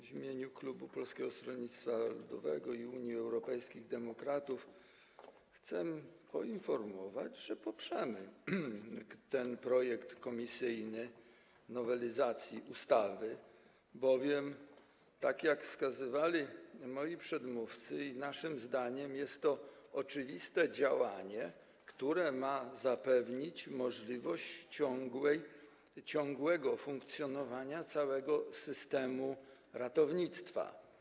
W imieniu klubu Polskiego Stronnictwa Ludowego - Unii Europejskich Demokratów chcę poinformować, że poprzemy ten komisyjny projekt nowelizacji ustawy, bowiem, tak jak wskazywali moi przedmówcy i naszym zdaniem, jest to oczywiste działanie, które ma zapewnić możliwość ciągłego funkcjonowania całego systemu ratownictwa.